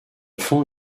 fonds